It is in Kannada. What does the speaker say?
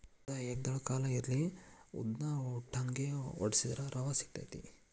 ಯಾವ್ದ ಏಕದಳ ಕಾಳ ಇರ್ಲಿ ಅದ್ನಾ ಉಟ್ಟಂಗೆ ವಡ್ಸಿದ್ರ ರವಾ ಸಿಗತೈತಿ